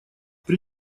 при